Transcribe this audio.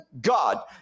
God